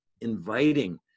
inviting